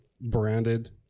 branded